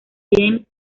james